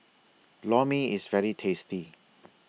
Lor Mee IS very tasty